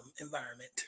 environment